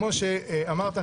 כמו שאמרת,